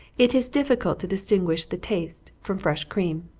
it is difficult to distinguish the taste from fresh cream.